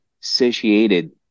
satiated